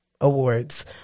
Awards